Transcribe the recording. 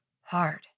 hard